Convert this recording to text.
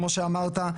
כמו שאמרת.